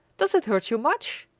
does it hurt you much?